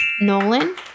Nolan